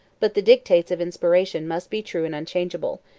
but the dictates of inspiration must be true and unchangeable